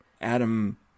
Adam